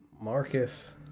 Marcus